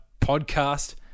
podcast